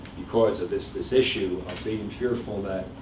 because of this this issue of being fearful that,